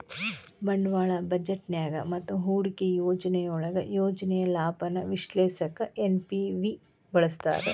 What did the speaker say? ಬಂಡವಾಳ ಬಜೆಟ್ನ್ಯಾಗ ಮತ್ತ ಹೂಡಿಕೆ ಯೋಜನೆಯೊಳಗ ಯೋಜನೆಯ ಲಾಭಾನ ವಿಶ್ಲೇಷಿಸಕ ಎನ್.ಪಿ.ವಿ ನ ಬಳಸ್ತಾರ